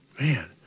man